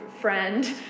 friend